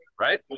right